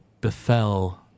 befell